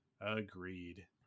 Agreed